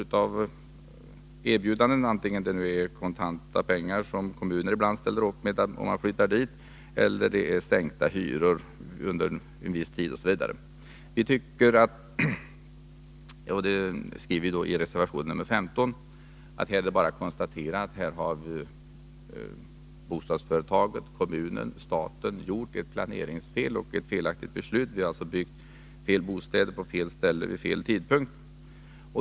Det kan vara erbjudanden om kontant ersättning, pengar som kommunen ibland ställer upp med, eller sänkt hyra under viss tid osv. Vi menar och skriver i reservation nr 15 att här har bostadsföretaget, kommunen och staten gjort ett planeringsfel och fattat ett felaktigt beslut. Man har alltså byggt fel bostäder på fel ställe vid fel tidpunkt.